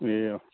ए अँ